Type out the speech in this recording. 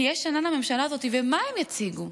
תהיה שנה לממשלה הזאת, ומה הם יציגו?